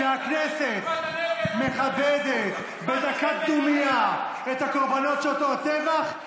כשהכנסת מכבדת בדקת דומייה את הקורבנות של אותו הטבח,